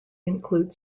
include